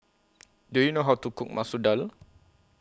Do YOU know How to Cook Masoor Dal